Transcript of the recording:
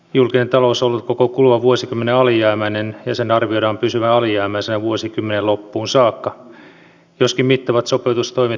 julkinen talous on ollut koko kuluvan vuosikymmenen alijäämäinen ja sen arvioidaan pysyvän alijäämäisenä vuosikymmenen loppuun saakka joskin mittavat sopeutustoimet pienentävät alijäämää